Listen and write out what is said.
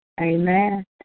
Amen